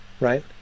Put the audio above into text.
right